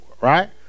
right